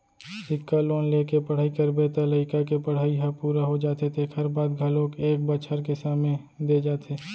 सिक्छा लोन लेके पढ़ई करबे त लइका के पड़हई ह पूरा हो जाथे तेखर बाद घलोक एक बछर के समे दे जाथे